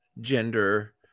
gender